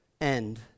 end